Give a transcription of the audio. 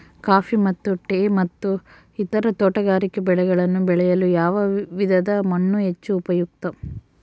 Coffee ಮತ್ತು tea ಮತ್ತು ಇತರ ತೋಟಗಾರಿಕೆ ಬೆಳೆಗಳನ್ನು ಬೆಳೆಯಲು ಯಾವ ವಿಧದ ಮಣ್ಣು ಹೆಚ್ಚು ಉಪಯುಕ್ತ?